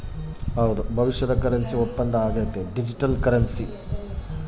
ಭವಿಷ್ಯದ ಕರೆನ್ಸಿ ಒಪ್ಪಂದ ಆಗೈತೆ